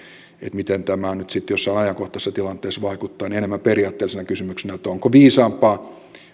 miten tämä sitten jossain ajankohtaisessa tilanteessa vaikuttaa enemmän periaatteellisena kysymyksenä että onko viisaampaa